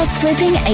flipping